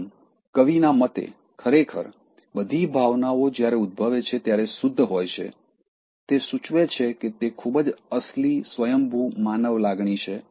આમ કવિના મતે ખરેખર બધી ભાવનાઓ જ્યારે ઉદભવે છે ત્યારે શુદ્ધ હોય છે તે સૂચવે છે કે તે ખૂબ જ અસલી સ્વયંભૂ માનવ લાગણી છે